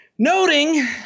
Noting